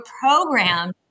programmed